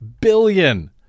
billion